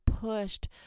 pushed